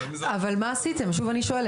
לפעמים זה --- שוב אני שואלת,